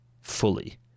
fully